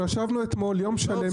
אנחנו ישבנו אתמול יום שלם,